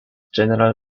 general